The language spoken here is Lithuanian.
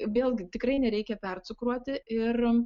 vėlgi tikrai nereikia percukruoti ir